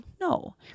No